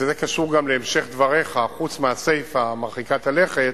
זה קשור גם להמשך דבריך, חוץ מהסיפא מרחיקת הלכת,